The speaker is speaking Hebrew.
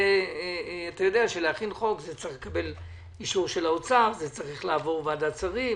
אתה יודע שלהכין חוק צריך לקבל אישור של האוצר וצריך לעבור ועדת שרים.